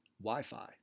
Wi-Fi